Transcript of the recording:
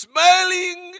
Smiling